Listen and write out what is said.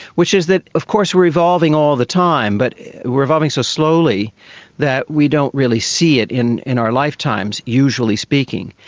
which is that of course we are evolving all the time, but we are evolving so slowly that we don't really see it in in our lifetimes, usually speaking.